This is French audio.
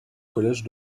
collège